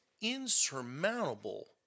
insurmountable